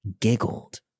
giggled